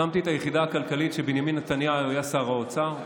הקמתי את היחידה הכלכלית כשבנימין נתניהו היה שר האוצר,